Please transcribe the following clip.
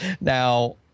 Now